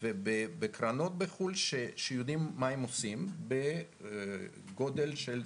ובקרנות בחו"ל שיודעים מה הם עושים בגודל וכולי.